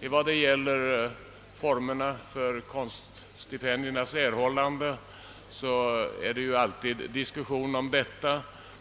Det råder emellertid alltid diskussion om formerna för konstnärsstipendiernas erhållande,